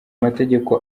mategeko